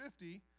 50